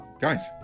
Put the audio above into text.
guys